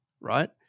Right